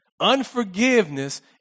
Unforgiveness